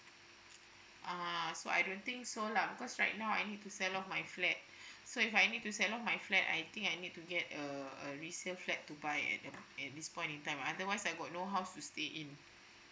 uh so I don't think so lah because right now I need to sell off my flat so if I need to sell off my flat I think I need to get a a resale flat to buy at at at this point in time otherwise I got no house to stay in